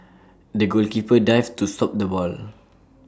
the goalkeeper dived to stop the ball